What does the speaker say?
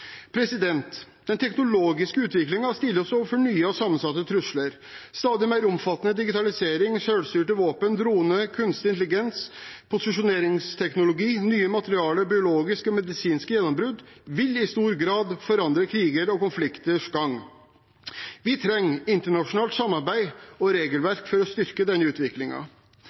Den teknologiske utviklingen stiller oss overfor nye og sammensatte trusler. Stadig mer omfattende digitalisering, selvstyrte våpen, droner, kunstig intelligens, posisjoneringsteknologi, nye materialer, biologiske og medisinske gjennombrudd vil i stor grad forandre kriger og konflikters gang. Vi trenger internasjonalt samarbeid og regelverk for å styrke denne